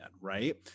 right